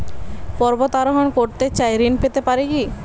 পর্বত আরোহণ করতে চাই ঋণ পেতে পারে কি?